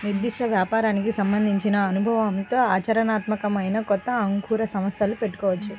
నిర్దిష్ట వ్యాపారానికి సంబంధించిన అనుభవంతో ఆచరణీయాత్మకమైన కొత్త అంకుర సంస్థలు పెట్టొచ్చు